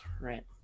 right